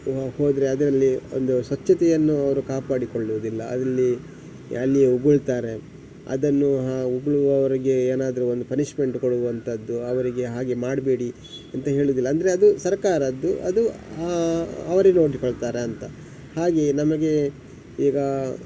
ನಾವು ಹೋದರೆ ಅದರಲ್ಲಿ ಒಂದು ಸ್ವಚ್ಛತೆಯನ್ನು ಅವರು ಕಾಪಾಡಿಕೊಳ್ಳೋದಿಲ್ಲ ಅದರಲ್ಲಿ ಅಲ್ಲಿಯೇ ಉಗುಳುತ್ತಾರೆ ಅದನ್ನು ಆ ಉಗುಳುವವರಿಗೆ ಏನಾದರು ಒಂದು ಪನಿಶ್ಮೆಂಟ್ ಕೊಡುವಂತದ್ದು ಅವರಿಗೆ ಹಾಗೆ ಮಾಡಬೇಡಿ ಅಂತ ಹೇಳೋದಿಲ್ಲ ಅಂದರೆ ಅದು ಸರ್ಕಾರದ್ದು ಅದು ಅವರೇ ನೋಡಿಕೊಳ್ತಾರೆ ಅಂತ ಹಾಗೆಯೆ ನಮಗೆ ಈಗ